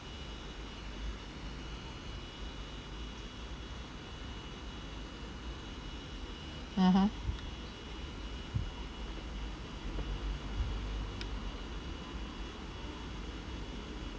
(uh huh)